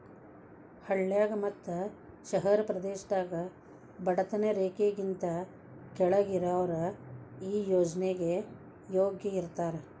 ಹಳ್ಳಾಗ ಮತ್ತ ಶಹರ ಪ್ರದೇಶದಾಗ ಬಡತನ ರೇಖೆಗಿಂತ ಕೆಳ್ಗ್ ಇರಾವ್ರು ಈ ಯೋಜ್ನೆಗೆ ಯೋಗ್ಯ ಇರ್ತಾರ